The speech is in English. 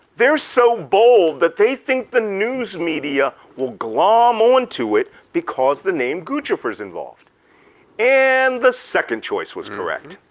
they're so bold that they think the news media will glom on to it because the name guccifer's involved and the second choice was correct,